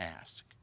ask